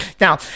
now